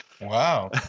Wow